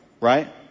Right